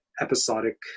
episodic